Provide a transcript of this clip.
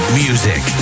music